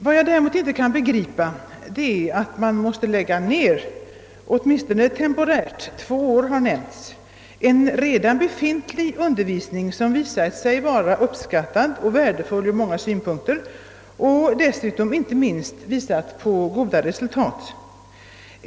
Vad jag däremot inte kan förstå är att man måste lägga ned — åtminstone temporärt; två år har nämnts — en redan befintlig undervisning som visat sig vara uppskattad och värdefull ur många synpunkter och som dessutom inte minst lämnat goda resultat.